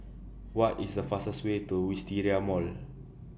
What IS The fastest Way to Wisteria Mall